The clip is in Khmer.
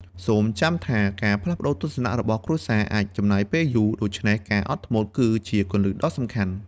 សូមចាំថា ការផ្លាស់ប្តូរទស្សនៈរបស់គ្រួសារអាចចំណាយពេលយូរ ដូច្នេះការអត់ធ្មត់គឺជាគន្លឹះដ៏សំខាន់។